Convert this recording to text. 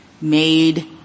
made